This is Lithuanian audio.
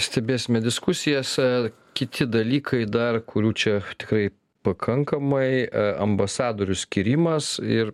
stebėsime diskusijas ar kiti dalykai dar kurių čia tikrai pakankamai a ambasadorių skyrimas ir